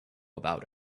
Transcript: about